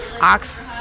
ox